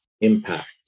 impact